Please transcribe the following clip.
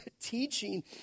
teaching